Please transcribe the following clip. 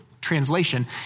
translation